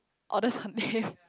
oh that's her name